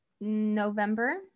November